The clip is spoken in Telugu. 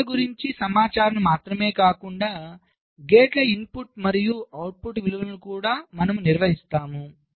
లోపాల గురించి సమాచారాన్ని మాత్రమే కాకుండా గేట్ల ఇన్పుట్ మరియు అవుట్పుట్ విలువలను కూడా మనము నిర్వహిస్తాము